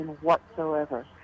whatsoever